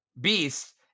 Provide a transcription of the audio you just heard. beast